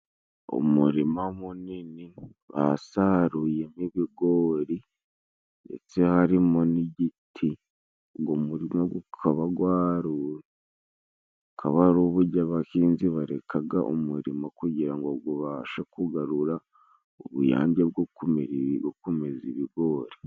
Umurima munini basaruyemo ibigori，ndetse harimo n'igiti，ugo murima gukaba gwarumye， ukaba hari buryo，abahinzi barekaga umurima kugira ngo ubashe kugarura ubuyange bwo gukomeza ibigori.